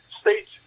states